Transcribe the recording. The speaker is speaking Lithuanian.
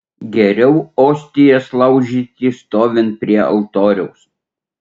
geriau ostijas laužyti stovint prie altoriaus